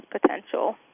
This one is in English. potential